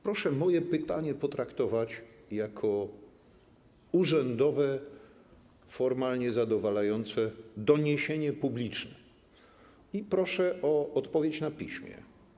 Proszę moje pytanie potraktować jako urzędowe, formalnie zadowalające doniesienie publiczne i proszę o odpowiedź na piśmie.